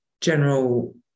general